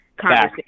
conversation